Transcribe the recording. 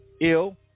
ill